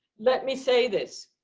let me say this.